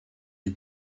you